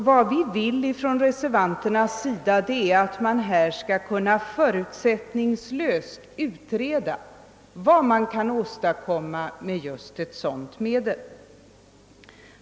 Vad vi reservanter vill är att man förutsättningslöst skall utreda vad man kan åstadkomma med ett sådant medel.